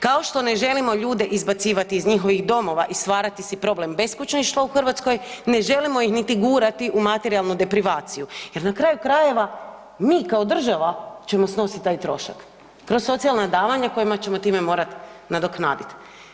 Kao što ne želimo ljude izbacivati iz njihovih domova i stvarati si problem beskućništva u Hrvatskoj, ne želimo ih niti gurati u materijalnu deprivaciju jer na kraju krajeva mi kao država ćemo snositi taj trošak, pro socijalna davanja kojima ćemo time morati nadoknadit.